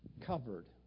covered